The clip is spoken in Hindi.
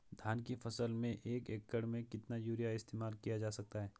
धान की फसल में दस एकड़ में कितना यूरिया इस्तेमाल किया जा सकता है?